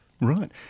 Right